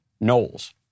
Knowles